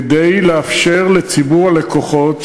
כדי לאפשר לציבור הלקוחות,